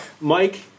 Mike